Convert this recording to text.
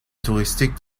touristique